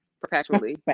perpetually